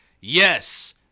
yes